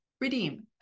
Redeem